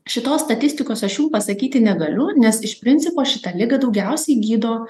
šitos statistikos aš jum pasakyti negaliu nes iš principo šitą ligą daugiausiai gydo